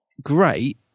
great